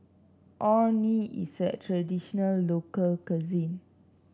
Orh Nee is a traditional local cuisine